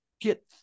get